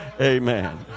Amen